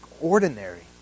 ordinary